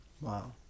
Wow